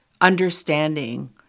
understanding